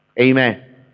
Amen